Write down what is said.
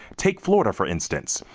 take florida for instance.